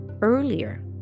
earlier